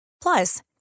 Plus